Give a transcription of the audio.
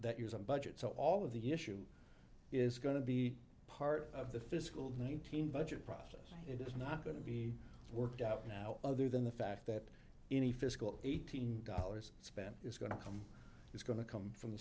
that use a budget so all of the issue is going to be part of the physical nineteen budget process it is not going to be worked out now other than the fact that any fiscal eighteen dollars spent is going to come it's going to come from the